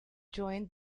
join